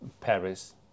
Paris